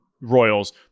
Royals